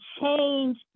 change